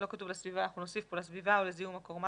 לא כתוב לסביבה אבל נוסיף את זה - או לזיהום מקור מים,